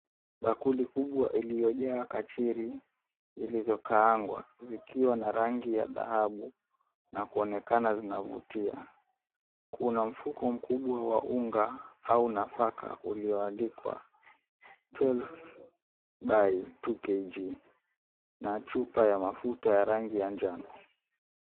Bakuli kubwa iliyojaa kachiri zilizokaangwa zikiwa na rangi ya dhahabu na kuonekana zinavutia. Kuna mfuko mkubwa wa unga au nafaka ulioandikwa Twelve by two kg na chupa ya mafuta ya rangi ya njano.